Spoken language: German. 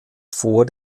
vor